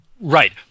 right